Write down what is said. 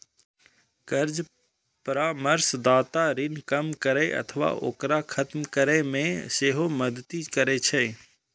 कर्ज परामर्शदाता ऋण कम करै अथवा ओकरा खत्म करै मे सेहो मदति करै छै